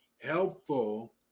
helpful